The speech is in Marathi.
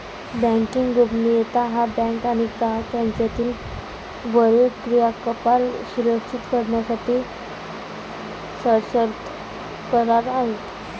बँकिंग गोपनीयता हा बँक आणि ग्राहक यांच्यातील वरील क्रियाकलाप सुरक्षित करण्यासाठी सशर्त करार आहे